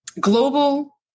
Global